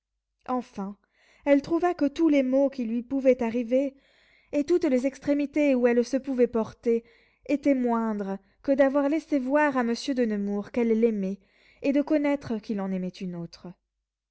enfin elle trouva que tous les maux qui lui pouvaient arriver et toutes les extrémités où elle se pouvait porter étaient moindres que d'avoir laissé voir à monsieur de nemours qu'elle l'aimait et de connaître qu'il en aimait une autre